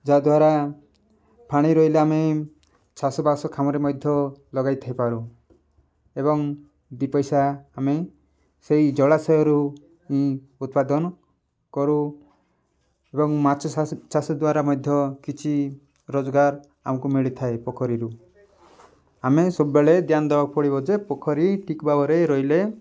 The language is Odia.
ଯାଦ୍ୱାରା ଫାଣି ରହିଲେ ଆମେ ଚାଷ ବାସ କାମରେ ମଧ୍ୟ ଲଗାଇଥାଇପାରୁ ଏବଂ ଦୁଇପଇସା ଆମେ ସେଇ ଜଳାଶୟରୁ ଉତ୍ପାଦନ କରୁ ଏବଂ ମାଛ ଚାଷ ଚାଷ ଦ୍ୱାରା ମଧ୍ୟ କିଛି ରୋଜଗାର ଆମକୁ ମିଳିଥାଏ ପୋଖରୀରୁ ଆମେ ସବୁବେଳେ ଧ୍ୟାନ ଦବାକୁ ପଡ଼ିବ ଯେ ପୋଖରୀ ଠିକ୍ ଭାବରେ ରହିଲେ